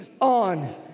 on